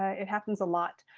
it happens a lot.